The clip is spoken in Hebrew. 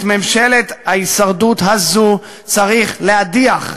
את ממשלת ההישרדות הזאת צריך להדיח.